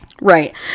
Right